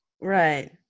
Right